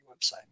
website